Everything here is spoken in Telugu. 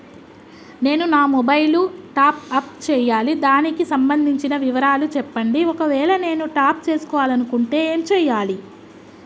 నేను నా మొబైలు టాప్ అప్ చేయాలి దానికి సంబంధించిన వివరాలు చెప్పండి ఒకవేళ నేను టాప్ చేసుకోవాలనుకుంటే ఏం చేయాలి?